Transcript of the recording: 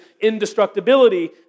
indestructibility